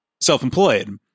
self-employed